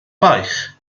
baich